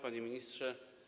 Panie Ministrze!